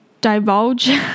divulge